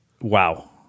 Wow